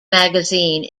magazine